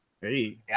Hey